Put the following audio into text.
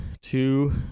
two